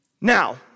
Now